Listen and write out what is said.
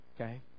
okay